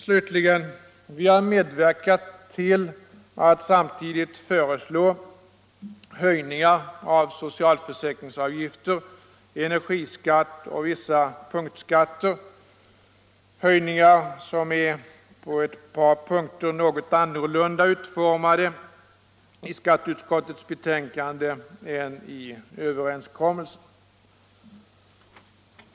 Slutligen: Vi har medverkat till att samtidigt föreslå höjningar av socialförsäkringsavgifter, energiskatt och vissa punktskatter — höjningar som på ett par punkter är något annorlunda utformade i skatteutskottets betänkande än i överenskommelsen.